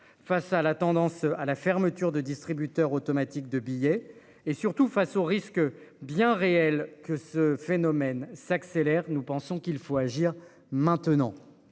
face à la tendance à la fermeture de distributeurs automatiques de billets et surtout face au risque bien réel que ce phénomène s'accélère, nous pensons qu'il faut agir maintenant.